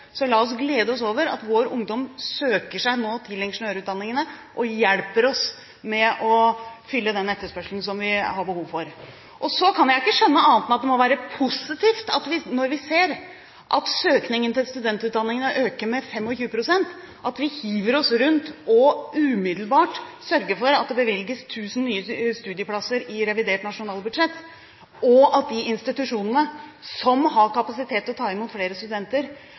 La oss glede oss over at vår ungdom nå søker seg til ingeniørutdanningene og hjelper oss med å fylle den etterspørselen som vi har behov for. Så kan jeg ikke skjønne annet enn at det må være positivt at vi når vi ser at søkningen til studentutdanningene øker med 25 pst., hiver oss rundt og umiddelbart sørger for at det bevilges penger til 1 000 nye studieplasser i revidert nasjonalbudsjett, og at de institusjonene som har kapasitet til å ta imot flere studenter,